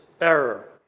error